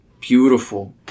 beautiful